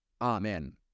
Amen